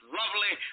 lovely